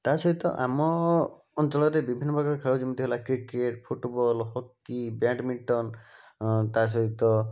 ତା' ସହିତ ଆମ ଅଞ୍ଚଳରେ ବିଭିନ୍ନ ପ୍ରକାର ଖେଳ ଯେମିତି ହେଲା କ୍ରିକେଟ୍ ଫୁଟୁବଲ୍ ହକି ବ୍ୟାଡ଼ମିଟନ୍ ତା' ସହିତ